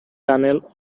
tunnel